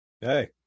Hey